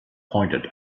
pointed